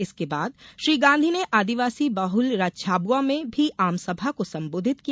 इसके बाद श्री गांधी ने आदिवासी बहुल झाबुआ में भी आमसभा को संबोधित किया